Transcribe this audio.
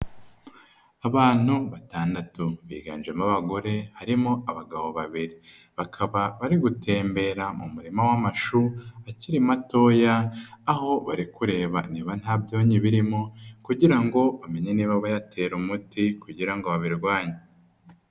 Abantu batandatu biganjemo abagore, harimo abagabo babiri, bakaba bari gutembera mu murima w'amashu akiri matoya, aho bari kureba niba nta byonnyi birimo kugira ngo bamenye niba bayatera umuti kugira ngo babirwanye.